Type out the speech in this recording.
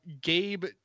Gabe